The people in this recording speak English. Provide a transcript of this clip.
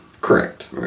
correct